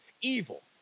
evil